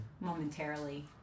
momentarily